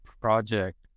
project